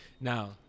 now